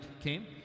came